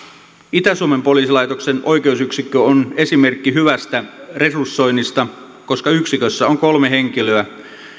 itä suomen poliisilaitoksen oikeusyksikkö on esimerkki hyvästä resursoinnista koska yksikössä on kolme henkilöä